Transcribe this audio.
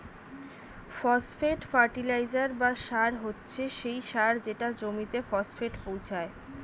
phosphate fertiliser বা সার হচ্ছে সেই সার যেটা জমিতে ফসফেট পৌঁছায়